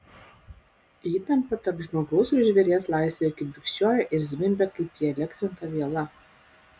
įtampa tarp žmogaus ir žvėries laisvėje kibirkščiuoja ir zvimbia kaip įelektrinta viela